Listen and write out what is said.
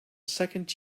second